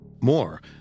More